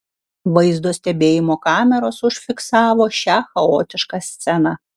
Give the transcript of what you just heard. vaizdo stebėjimo kameros užfiksavo šią chaotišką sceną